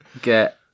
get